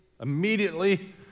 immediately